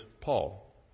Paul